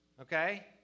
Okay